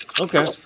Okay